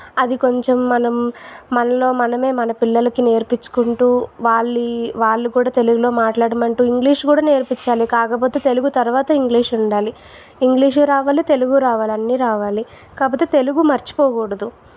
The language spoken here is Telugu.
అది కొంచెం మనం మనలో మనమే మన పిల్లలకి నేర్పించుకుంటూ వాళ్ళు వాళ్ళు కూడా తెలుగులో మాట్లాడమంటూ ఇంగ్లీషు కూడా నేర్పించాలి కాకపోతే తెలుగు తర్వాత ఇంగ్లీష్ ఉండాలి ఇంగ్లీషు రావాలి తెలుగు రావాలి అన్ని రావాలి కాకపోతే తెలుగు మర్చిపోకూడదు